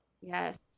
yes